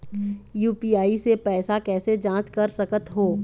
UPI से पैसा कैसे जाँच कर सकत हो?